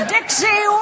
Dixie